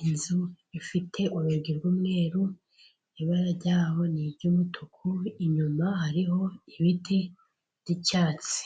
inzu ifite urugi rw'umweru ibara ryaho niry'umutuku inyuma hariho ibiti by'icyatsi.